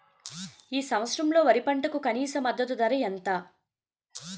ఈ సంవత్సరంలో వరి పంటకు కనీస మద్దతు ధర ఎంత?